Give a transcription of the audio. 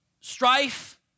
Strife